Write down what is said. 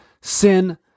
sin